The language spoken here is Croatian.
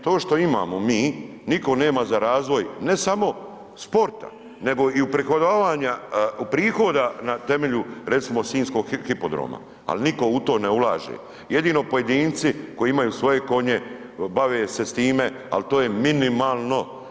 To što imamo mi, nitko nema za razvoj ne samo sporta nego i uprihodavanja prihoda na temelju recimo sinjskog hipodroma, ali nitko u to ne ulaže, jedino pojedinci koji imaju svoje konje, bave se s time, ali to je minimalno.